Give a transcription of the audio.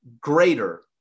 Greater